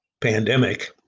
Pandemic